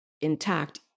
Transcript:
intact